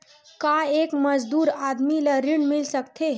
का एक मजदूर आदमी ल ऋण मिल सकथे?